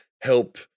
help